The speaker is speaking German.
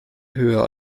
höher